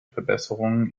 verbesserungen